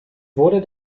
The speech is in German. wurde